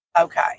Okay